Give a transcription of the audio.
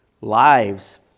lives